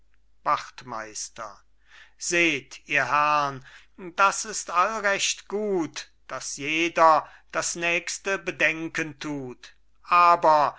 wachtmeister seht ihr herrn das ist all recht gut daß jeder das nächste bedenken tut aber